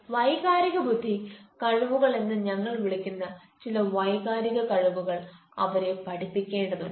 വൈകാരിക ബുദ്ധി കഴിവുകൾ എന്ന് ഞങ്ങൾ വിളിക്കുന്ന ചില വൈകാരിക കഴിവുകൾ അവരെ പഠിപ്പിക്കേണ്ടതുണ്ട്